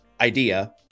idea